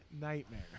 nightmare